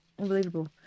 Unbelievable